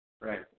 Right